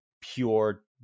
pure